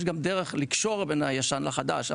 יש גם דרך לקשור בין הישן לחדש,